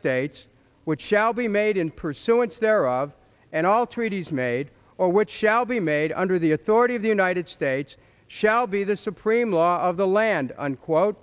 states which shall be made in pursuance thereof and all treaties made or which shall be made under the authority of the united states shall be the supreme law of the land unquote